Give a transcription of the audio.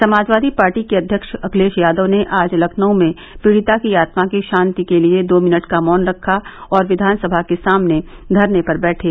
Samajwadi party के अध्यक्ष अखिलेश यादव ने आज लखनऊ में पीड़िता की आत्मा की शांति के लिये दो मिनट का मौन रखा और विधानसभा के सामने धरने पर बैठे